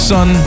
Sun